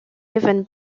even